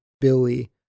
billy